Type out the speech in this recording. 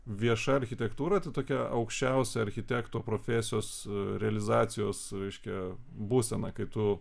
vieša architektūra tai tokia aukščiausia architekto profesijos realizacijos reiškia būsena kai tu